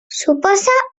suposa